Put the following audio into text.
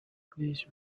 please